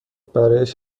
برایش